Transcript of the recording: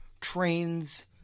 trains